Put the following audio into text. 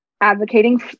advocating